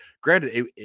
granted